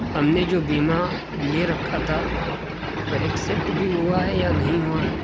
ہم نے جو بیمہ لے رکھا تھا وہ ایکسیپٹ بھی ہوا ہے یا نہیں ہوا ہے